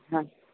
হ্যাঁ